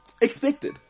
expected